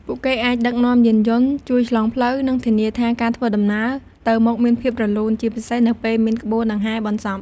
ពួកគេអាចដឹកនាំយានយន្ត ជួយឆ្លងផ្លូវ និងធានាថាការធ្វើដំណើរទៅមកមានភាពរលូន ជាពិសេសនៅពេលមានក្បួនដង្ហែបុណ្យសព។